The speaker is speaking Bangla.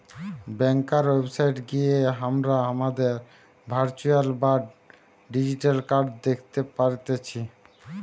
ব্যাংকার ওয়েবসাইট গিয়ে হামরা হামাদের ভার্চুয়াল বা ডিজিটাল কার্ড দ্যাখতে পারতেছি